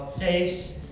face